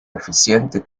eficiente